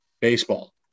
baseball